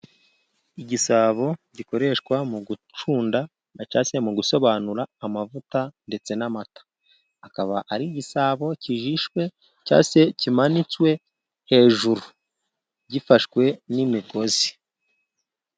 Igisabo gikoreshwa mu gucunda cyangwa se mu gusobanura amavuta ndetse n'amata, akaba ari igisabo kijishwe cyangwa se kimanitswe hejuru gifashwe n'imigozi.